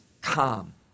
calm